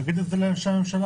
תגיד את זה לאנשי הממשלה.